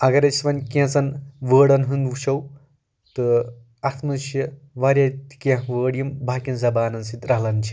اَگر أسۍ وۄنۍ کینٛژَن وٲڑن ہُنٛد وٕچھو تہٕ اَتھ منٛز چھِ واریاہ تہِ کینٛہہ وٲڑ یِم باقِیَن زبانَن سۭتۍ رَلان چھِ